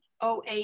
OA